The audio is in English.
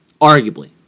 Arguably